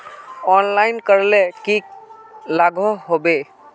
Online करले की लागोहो होबे?